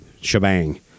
shebang